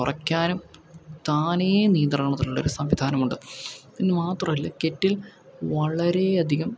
ചൂട് കുറയ്ക്കാനും താനെ നിയന്ത്രണത്തിലുള്ള ഒരു സംവിധാനമുണ്ട് എന്നു മാത്രമല്ല കെറ്റിൽ വളരെയധികം